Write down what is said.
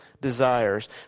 desires